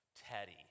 Teddy